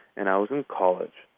and i was in college,